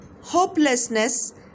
hopelessness